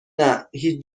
نه، هیچ